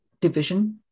division